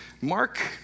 Mark